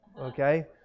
okay